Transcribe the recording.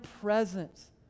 presence